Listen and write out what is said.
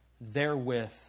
therewith